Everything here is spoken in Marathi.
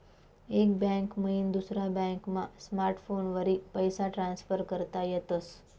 एक बैंक मईन दुसरा बॅकमा स्मार्टफोनवरी पैसा ट्रान्सफर करता येतस